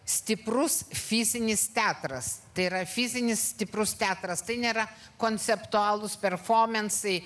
stiprus fizinis teatras tai yra fizinis stiprus teatras tai nėra konceptualūs performansai